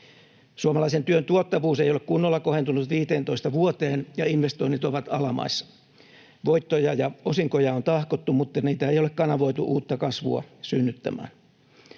Suomalaisen työn tuottavuus ei ole kunnolla kohentunut 15 vuoteen, ja investoinnit ovat alamaissa. Voittoja ja osinkoja on tahkottu, mutta niitä ei ole kanavoitu uutta kasvua synnyttämään.